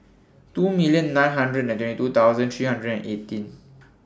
two million nine hundred two thousand three hundred eighteen